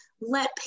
let